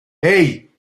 hey